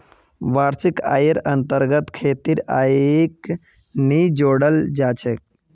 वार्षिक आइर अन्तर्गत खेतीर आइक नी जोडाल जा छेक